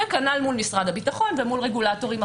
וכנ"ל מול משרד הביטחון ומול רגולטורים אחרים.